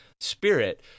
Spirit